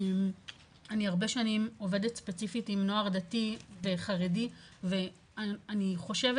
אני הרבה שנים עובדת ספציפית עם נוער דתי וחרדי ואני חושבת